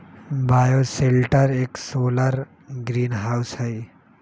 bioshelter एक solar greenhouse हई